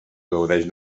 gaudeix